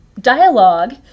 dialogue